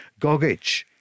Gogic